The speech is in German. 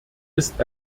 ist